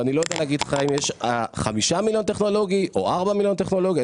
ואני לא יודע להגיד לך אם יש 5 מיליון טכנולוגי או 4 מיליון טכנולוגי,